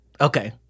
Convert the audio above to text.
Okay